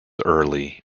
early